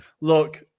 look